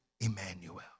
Emmanuel